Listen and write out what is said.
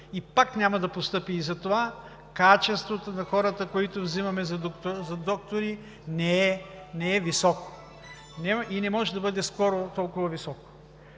и пак няма да постъпи и затова качеството на хората, които взимаме за доктори, не е високо и скоро не може да бъде толкова високо.